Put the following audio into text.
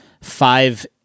five